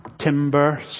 timber